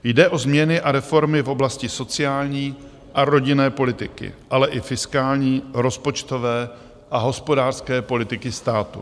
Jde o změny a reformy v oblasti sociální a rodinné politiky, ale i fiskální, rozpočtové a hospodářské politiky státu.